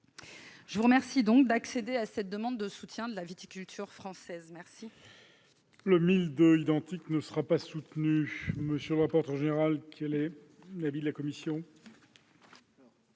Je vous remercie d'accéder à notre demande de soutien à la viticulture française.